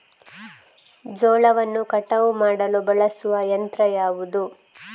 ಜೋಳವನ್ನು ಕಟಾವು ಮಾಡಲು ಬಳಸುವ ಯಂತ್ರ ಯಾವುದು?